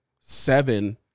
seven